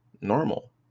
normal